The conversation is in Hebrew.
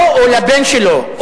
לו או לבן שלו,